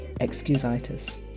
excusitis